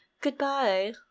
Goodbye